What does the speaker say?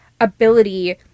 ability